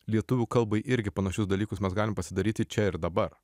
lietuvių kalbai irgi panašius dalykus mes galim pasidaryti čia ir dabar